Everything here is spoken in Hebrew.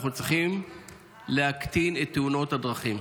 אנחנו צריכים להקטין את תאונות הדרכים.